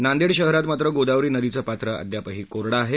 नांदेड शहरात मात्र गोदावरी नदीचं पात्र अद्यापही कोरङं आहे